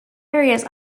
areas